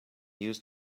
used